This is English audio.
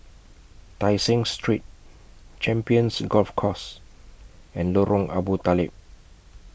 Tai Seng Street Champions Golf Course and Lorong Abu Talib